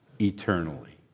eternally